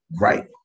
Right